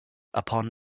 upon